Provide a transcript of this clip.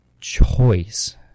choice